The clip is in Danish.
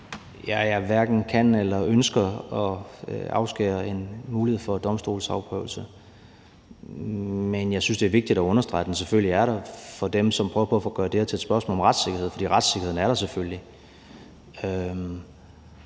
Jeg hverken kan eller ønsker at afskære en mulighed for domstolsprøvelse, men jeg synes, det er vigtigt at understrege, at den selvfølgelig er der for dem, som prøver på at gøre det her til et spørgsmål om retssikkerhed, for retssikkerheden er der selvfølgelig.